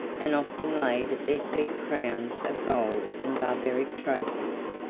and often laid at their feet crowns of gold and barbaric trophies,